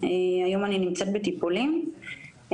היום אני נמצאת בטיפולים,